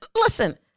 listen